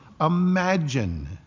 Imagine